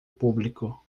público